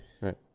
Right